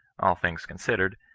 all things considered,